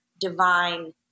divine